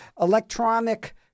electronic